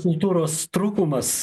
kultūros trūkumas